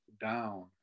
down